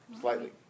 Slightly